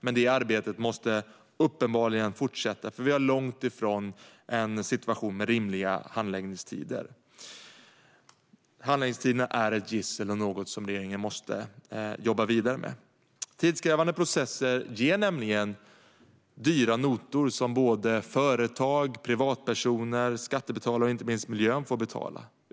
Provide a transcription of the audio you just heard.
Men det arbetet måste uppenbarligen fortsätta, för vi är långt ifrån en situation med rimliga handläggningstider. Handläggningstiderna är ett gissel och något som regeringen måste jobba vidare med. Tidskrävande processer ger nämligen dyra notor som företag, privatpersoner, skattebetalarna och inte minst miljön får betala.